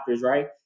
Right